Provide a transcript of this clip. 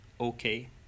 okay